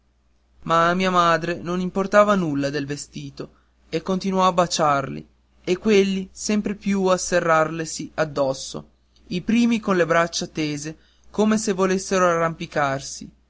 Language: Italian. a mia madre non importava nulla del vestito e continuò a baciarli e quelli sempre più a serrarlesi addosso i primi con le braccia tese come se volessero arrampicarsi